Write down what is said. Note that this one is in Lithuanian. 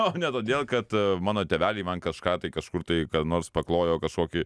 o ne todėl kad mano tėveliai man kažką tai kažkur tai kada nors paklojo kažkokį